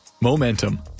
momentum